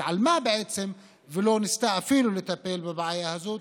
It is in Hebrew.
שהתעלמה בעצם ולא ניסתה לטפל בבעיה הזאת,